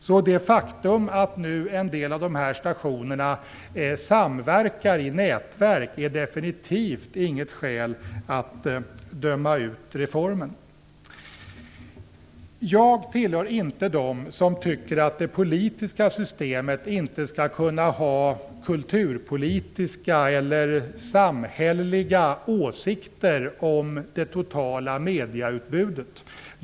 Så det faktum att nu en del av stationerna samverkar i nätverk är definitivt inget skäl att döma ut reformen. Jag tillhör inte dem som tycker att det politiska systemet inte skall kunna ha kulturpolitiska eller samhälleliga åsikter om det totala medieutbudet.